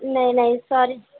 نہیں نہیں سوری